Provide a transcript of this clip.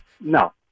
No